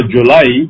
July